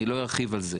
אני לא ארחיב על זה.